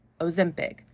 Ozempic